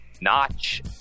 Notch